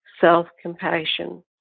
self-compassion